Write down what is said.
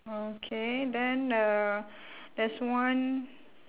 okay then the there's one